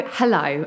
hello